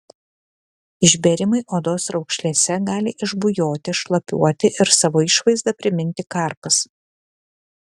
išbėrimai odos raukšlėse gali išbujoti šlapiuoti ir savo išvaizda priminti karpas